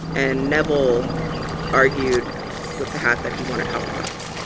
and neville argued with the hat that he wanted hufflepuff.